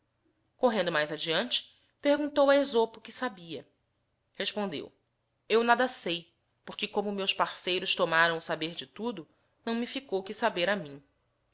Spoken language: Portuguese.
correndo mais adiante perguntou a esopo que sabia respondeo eu nada sei por que como meus parceiros lomárâo o saber de tudo não me íicou que saber a mim